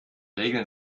regeln